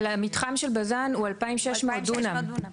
אבל המתחם של בז"ן הוא 2,600 דונם,